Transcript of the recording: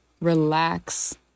relax